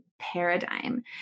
paradigm